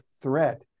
threat